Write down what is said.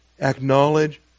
acknowledge